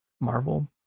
Marvel